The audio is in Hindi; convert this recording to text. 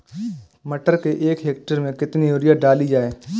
मटर के एक हेक्टेयर में कितनी यूरिया डाली जाए?